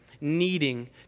needing